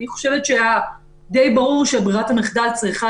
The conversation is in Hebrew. לכן אני חושבת שדי ברור שברירת המחדל צריכה